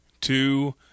two